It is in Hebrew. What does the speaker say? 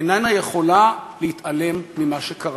איננה יכולה להתעלם ממה שקרה,